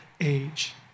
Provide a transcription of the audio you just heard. age